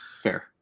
Fair